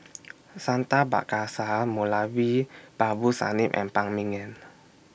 Santha Moulavi Babu Sahib and Phan Ming Yen